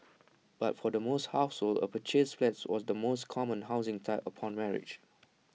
but for the most households A purchased flat was the most common housing type upon marriage